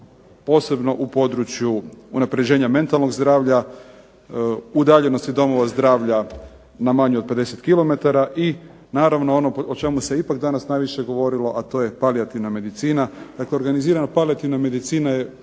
posebno u području unapređenja mentalnog zdravlja, udaljenosti domova zdravlja na manje od 50 km i naravno ono o čemu se ipak danas najviše govorilo, a to je palijativna medicina.